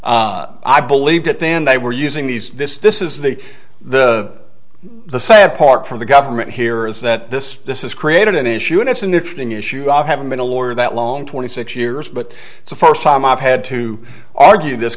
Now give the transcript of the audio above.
fraught i believed it then they were using these this is the the the sad part for the government here is that this this is created an issue and it's an interesting issue i haven't been a lawyer that long twenty six years but it's the first time i've had to argue this